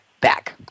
back